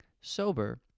sober